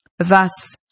Thus